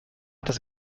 das